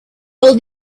all